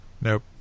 Nope